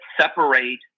separate